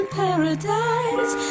paradise